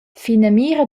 finamira